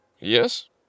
Yes